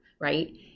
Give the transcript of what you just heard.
right